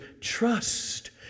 trust